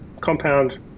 compound